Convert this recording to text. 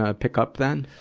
ah pick up then?